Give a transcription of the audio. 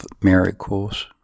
miracles